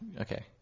okay